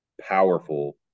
powerful